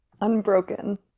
Unbroken